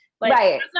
Right